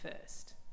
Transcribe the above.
first